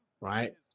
right